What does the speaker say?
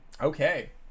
Okay